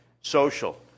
social